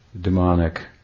demonic